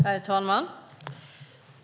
Herr talman!